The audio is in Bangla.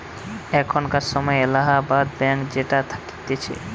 এখানকার সময় এলাহাবাদ ব্যাঙ্ক যেটা থাকতিছে